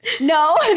No